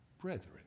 brethren